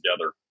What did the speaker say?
together